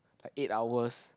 like eight hours